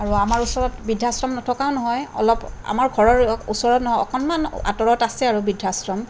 আৰু আমাৰ ওচৰত বৃদ্ধাশ্ৰম নথকাও নহয় অলপ আমাৰ ঘৰৰ ওচৰত নহয় অকণমান আঁতৰত আছে আৰু বৃদ্ধাশ্ৰম